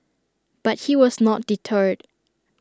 but he was not deterred